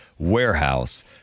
warehouse